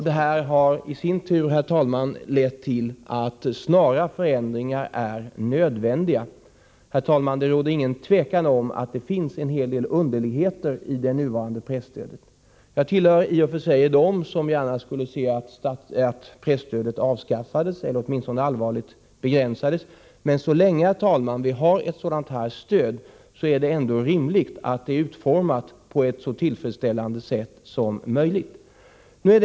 Detta har i sin tur, herr talman, lett till att snara förändringar är nödvändiga. Det råder inget tvivel om att det finns en hel del underligheter i det nuvarande presstödet. Jag tillhör i och för sig dem som gärna skulle se att presstödet avskaffades eller åtminstone kraftigt begränsades, men så länge vi har ett sådant här stöd är det ändå rimligt att det är utformat på ett så tillfredsställande sätt som möjligt.